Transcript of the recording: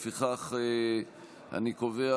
לפיכך אני קובע,